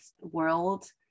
world